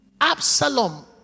Absalom